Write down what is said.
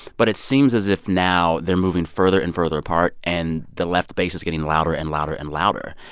but it seems as if now they're moving further and further apart, and the left base is getting louder and louder and louder.